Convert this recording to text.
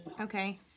Okay